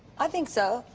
i think so.